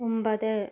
ഒമ്പത്